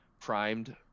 primed